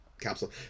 capsule